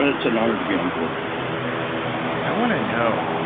it's an honor to be onboard with you i wanna know.